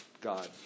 God